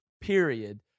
period